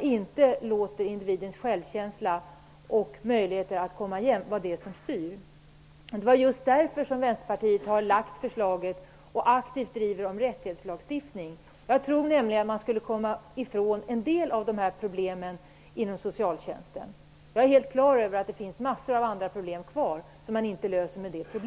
inte låter individens självkänsla och möjligheter att komma igen vara det som styr. Det är just därför som Vänsterpartiet har väckt det här förslaget och aktivt driver frågan om rättighetslagstiftning. Jag tror nämligen att man skulle kunna komma ifrån en del av problemen inom socialtjänsten. Jag är på det klara med att det finns massor av problem kvar att lösa.